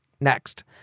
next